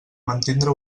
mantindre